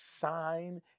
sign